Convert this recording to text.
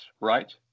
right